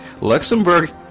Luxembourg